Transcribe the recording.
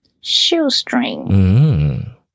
Shoestring